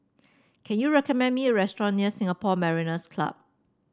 can you recommend me a restaurant near Singapore Mariners' Club